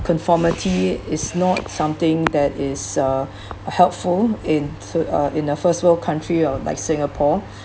conformity is not something that is uh helpful in sui~ uh in a first world country or like singapore